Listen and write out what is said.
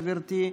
גברתי,